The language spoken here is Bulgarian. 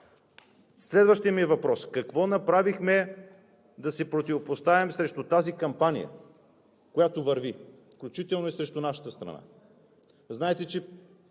Следващият ми въпрос: какво направихме да се противопоставим срещу тази кампания, която върви, включително и срещу нашата страна?